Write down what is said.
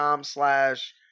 slash